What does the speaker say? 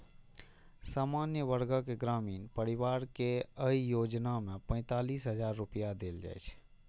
सामान्य वर्गक ग्रामीण परिवार कें अय योजना मे पैंतालिस हजार रुपैया देल जाइ छै